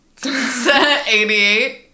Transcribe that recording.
88